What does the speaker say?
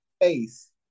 Face